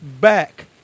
back